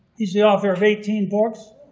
he's the author of eighteen books.